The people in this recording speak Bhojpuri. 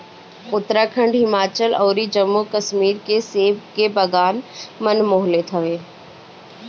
उत्तराखंड, हिमाचल अउरी जम्मू कश्मीर के सेब के बगान मन मोह लेत हवे